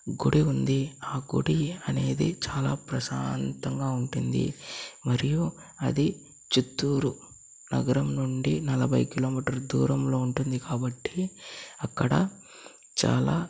గుడి ఉంది ఆ గుడి అనేది చాలా ప్రశాంతంగా ఉంటుంది మరియు అది చిత్తూరు నగరం నుండి నలభై కిలోమీటర్ల దూరంలో ఉంటుంది కాబట్టి అక్కడ చాలా